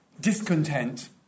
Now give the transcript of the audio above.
Discontent